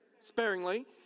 sparingly